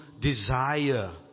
desire